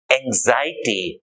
anxiety